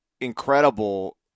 incredible